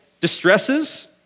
distresses